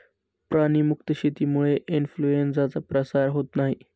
प्राणी मुक्त शेतीमुळे इन्फ्लूएन्झाचा प्रसार होत नाही